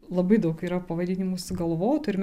labai daug yra pavadinimų sugalvotu